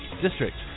district